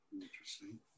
Interesting